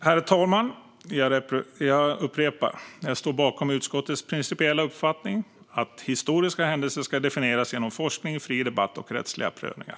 Herr talman! Jag upprepar: Jag står bakom utskottets principiella uppfattning att historiska händelser ska definieras genom forskning, fri debatt och rättsliga prövningar.